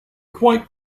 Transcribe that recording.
quite